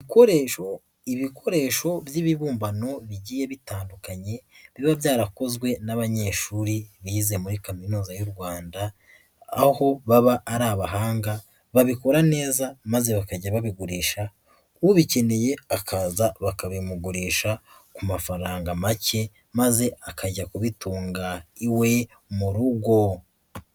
Ibikoresho, ibikoresho by'ibibumbano bigiye bitandukanye biba byarakozwe n'abanyeshuri bize muri kaminuza y'u Rwanda, aho baba ari abahanga, babikora neza maze bakajya babigurisha, ubikeneye akaza bakabimugurisha ku mafaranga make, maze akajya kubitunga iwe mu rugo.